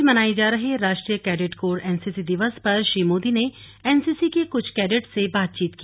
आज मनाये जा रहे राष्ट्रीय कैडेट कोर एनसीसी दिवस पर श्री मोदी ने एनसीसी के कुछ कैडेट से बातचीत की